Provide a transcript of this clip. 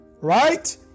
right